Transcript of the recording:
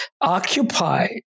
occupy